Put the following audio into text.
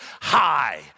high